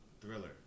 Thriller